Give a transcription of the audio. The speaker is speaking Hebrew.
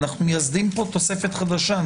אנחנו מייסדים כאן תוספת חדשה.